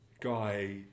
guy